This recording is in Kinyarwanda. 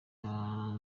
nda